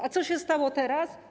A co się stało teraz?